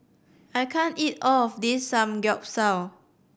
I can't eat all of this Samgeyopsal